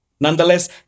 Nonetheless